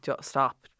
stop